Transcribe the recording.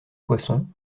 poisson